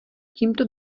tímto